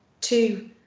two